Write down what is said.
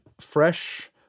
fresh